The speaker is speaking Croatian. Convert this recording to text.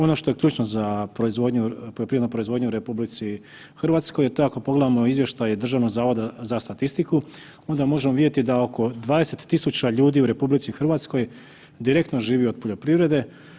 Ono što je ključno za proizvodnju, poljoprivrednu proizvodnju u RH je to ako pogledamo izvještaj Državnog zavoda za statistiku, onda možemo vidjeti da oko 20 tisuća ljudi u RH direktno živi od poljoprivrede.